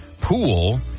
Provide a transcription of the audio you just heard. pool